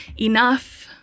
enough